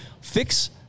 Fix